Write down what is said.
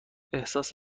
احساس